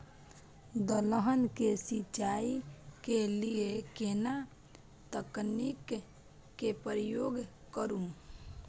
दलहन के सिंचाई के लिए केना तकनीक के प्रयोग करू?